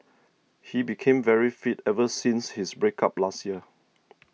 he became very fit ever since his break up last year